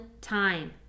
time